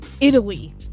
Italy